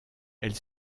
elle